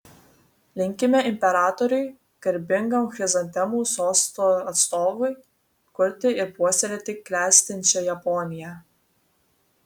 linkime imperatoriui garbingam chrizantemų sosto atstovui kurti ir puoselėti klestinčią japoniją